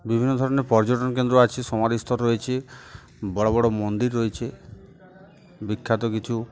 বিভিন্ন ধরনের পর্যটন কেন্দ্র আছে সমাধিস্থল রয়েছে বড় বড় মন্দির রয়েছে বিখ্যাত কিছু